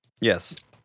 Yes